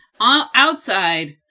Outside